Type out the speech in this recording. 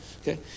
okay